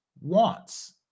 wants